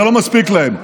זה לא מספיק להם,